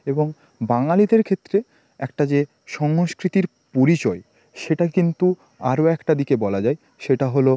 এবং বাঙালিদের ক্ষেত্রে একটা যে সংস্কৃতির পরিচয় সেটা কিন্তু আরও একটা দিকে বলা যায় সেটা হলো